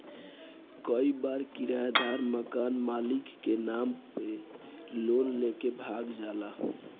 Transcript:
कई बार किरायदार मकान मालिक के नाम पे लोन लेके भाग जाला